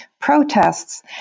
protests